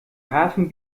hafen